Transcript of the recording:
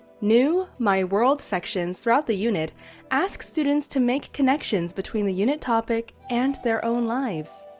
new my world sections throughout the unit asks students to make connections between the unit topic and their own lives.